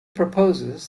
proposes